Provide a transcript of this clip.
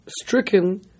stricken